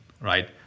right